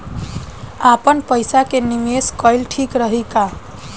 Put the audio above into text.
आपनपईसा के निवेस कईल ठीक रही का?